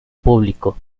público